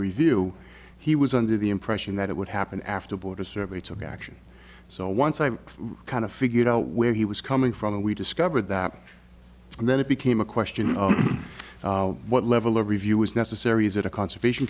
review he was under the impression that it would happen after border survey took action so once i kind of figured out where he was coming from and we discovered that and then it became a question of what level of review was necessary is it a conservation